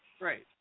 Right